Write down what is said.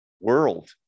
world